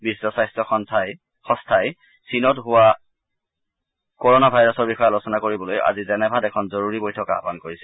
বিশ্ব স্বাস্থ্য সংস্থাই চীনত হোৱা কৰণা ভাইৰাছৰ বিষয়ে আলোচনা কৰিবলৈ আজি জেনেভাত এখন জৰুৰী বৈঠক আহ্বান কৰিছে